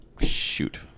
Shoot